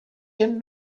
dem